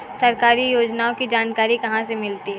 सरकारी योजनाओं की जानकारी कहाँ से मिलती है?